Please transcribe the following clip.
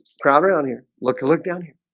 crowd around here look look down here